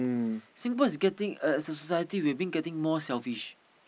Singapore is getting uh society we've been getting more selfish